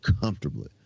comfortably